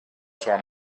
sua